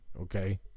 okay